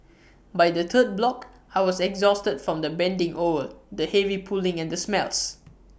by the third block I was exhausted from the bending over the heavy pulling and the smells